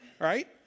right